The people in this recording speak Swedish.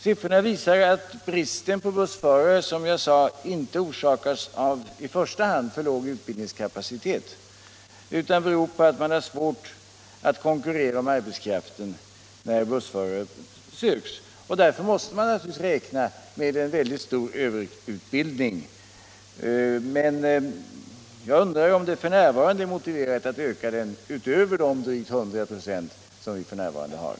Siffrorna visar att bristen på bussförare, som jag sade, inte orsakas av i första hand för låg utbildningskapacitet utan på att man har svårt att konkurrera om arbetskraften när bussförare söks. Därför måste man naturligtvis räkna med en mycket stor överutbildning. Men jag undrar om det f.n. är motiverat att öka den utöver de drygt 100 926 som den nu uppgår till.